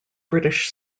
british